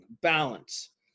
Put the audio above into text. balance